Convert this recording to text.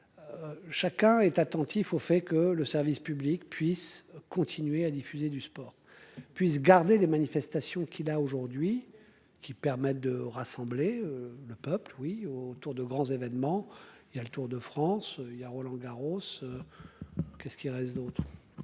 Chacun est attentif au fait que le service public puisse continuer à diffuser du sport puisse garder les manifestations qui l'a aujourd'hui qui permette de rassembler le peuple oui autour de grands événements. Il y a le Tour de France il y a Roland Garros. Qu'est ce qui reste d'autres.